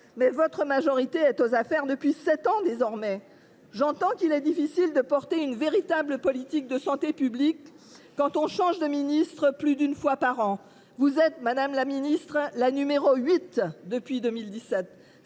mais votre majorité est aux affaires depuis maintenant sept ans. J’entends qu’il est difficile de porter une véritable politique de santé publique quand on change de ministre plus d’une fois par an : vous êtes la huitième ministre de la santé depuis 2017